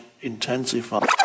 intensify